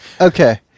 Okay